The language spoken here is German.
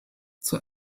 zur